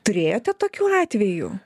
turėjote tokių atvejų